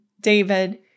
David